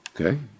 Okay